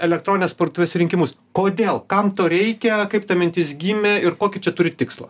elektroninės partuvės rinkimus kodėl kam to reikia kaip ta mintis gimė ir kokį čia turit tikslą